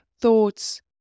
thoughts